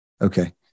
Okay